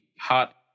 hot